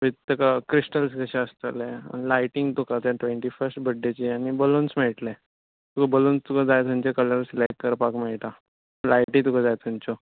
with तुका crystals कशे आसतले लायटींग तुका ट्वेंटी फर्स्ट बर्थडेचें आनी बलून्स मेळटले बलून्स तुका जाय ते कलर्स सिलेक्ट करपाक मेळटा लायटी तुका जाय थंयच्यो